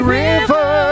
river